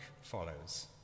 follows